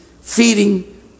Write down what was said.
feeding